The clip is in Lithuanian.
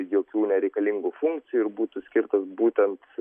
jokių nereikalingų funkcijų ir būtų skirtos būtent